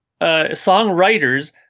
songwriters